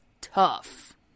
tough